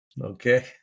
Okay